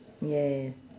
yes